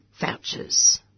vouchers